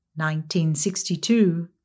1962